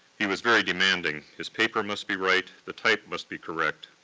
he was very demanding. his paper must be right, the type must be correct,